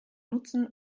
nutzen